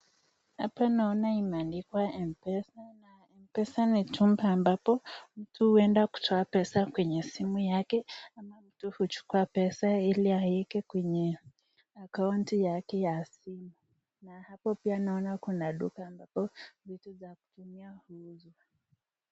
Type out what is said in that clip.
Hapa naona imeandikwa Mpesa na mpesa ni tumpe ambapo mtu huenda kutoa pesa kwenye simu yake ama mtu huchukua pesa hili aweke kwenye akaunti yake ya simu na hapo pia naona kuna duka ambavyo vitu vya kupimia huuzwa.